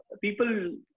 people